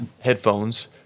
headphones